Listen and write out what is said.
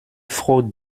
froh